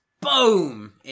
BOOM